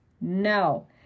No